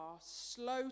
slow